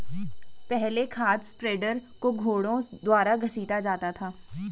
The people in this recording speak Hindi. पहले खाद स्प्रेडर को घोड़ों द्वारा घसीटा जाता था